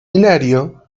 hilario